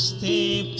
the